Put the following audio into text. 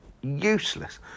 useless